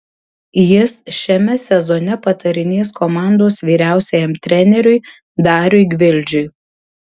jis šiame sezone patarinės komandos vyriausiajam treneriui dariui gvildžiui